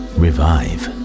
revive